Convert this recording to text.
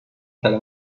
کلمه